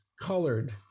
colored